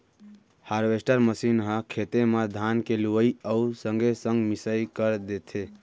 harvester machine ह खेते म धान के लुवई अउ संगे संग मिंसाई कर देथे